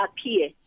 appear